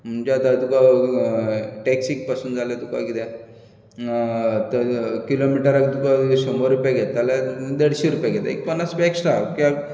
म्हणजे आतां तुका टॅक्सीक पासून जाल्यार तुका त किलोमिटराक तुका शंबर रुपया घेता जाल्यार एक देडशीं रुपया घेता एक पन्नास रुपाय एक्स्ट्रा कित्याक